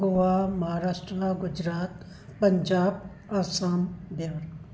Goa Maharashtra Gujarat Punjab Assam Bihar